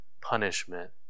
punishment